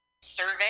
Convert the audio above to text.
survey